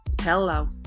Hello